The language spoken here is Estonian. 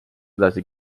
edasi